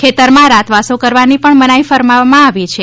ખેતર માં રાતવાસો કરવાની પણ મનાઈ ફરમાવવામાં આવી છે